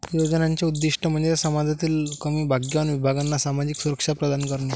योजनांचे उद्दीष्ट म्हणजे समाजातील कमी भाग्यवान विभागांना सामाजिक सुरक्षा प्रदान करणे